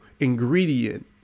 ingredient